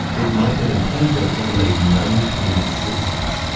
it might have been painted in the late nineteen sixty s.